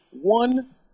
one